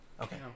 Okay